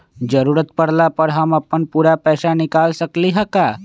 जरूरत परला पर हम अपन पूरा पैसा निकाल सकली ह का?